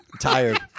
Tired